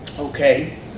Okay